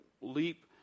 leap